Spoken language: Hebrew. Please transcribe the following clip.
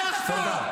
(אומר בערבית: אף אחד.